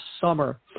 summer